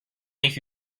make